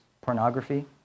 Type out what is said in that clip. pornography